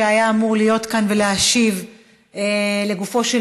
שהיה אמור להיות כאן ולהשיב לגופו של